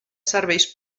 serveis